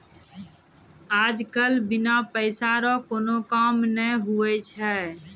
आज कल बिना पैसा रो कोनो काम नै हुवै छै